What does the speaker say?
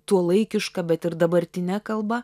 tuolaikiška bet ir dabartine kalba